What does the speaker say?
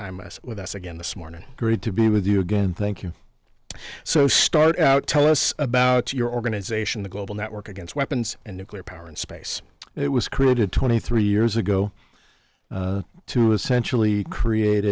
time with us again this morning good to be with you again thank you so start out tell us about your organization the global network against weapons and nuclear power in space it was created twenty three years ago to essentially create